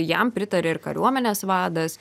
jam pritarė ir kariuomenės vadas